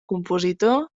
compositor